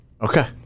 Okay